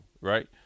right